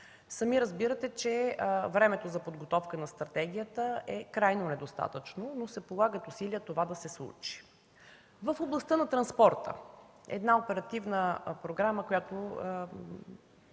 Сами разбирате, че времето за подготовка на стратегията е крайно недостатъчно, но се полагат усилия това да се случи. В областта на транспорта – оперативна програма, по която